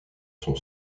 son